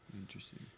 Interesting